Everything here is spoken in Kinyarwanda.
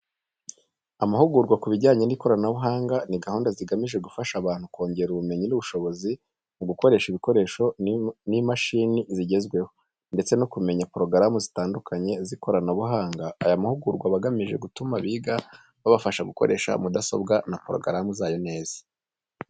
Amahugurwa ku bijyanye n'ikoranabuhanga ni gahunda zigamije gufasha abantu kongera ubumenyi n'ubushobozi mu gukoresha ibikoresho n'imashini zigezweho, ndetse no kumenya porogaramu zitandukanye z'ikoranabuhanga. Aya mahugurwa aba agamije gutuma abiga babasha gukoresha mudasobwa na porogaramu zayo neza.